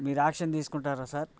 మీరు యాక్షన్ తీసుకుంటారా సార్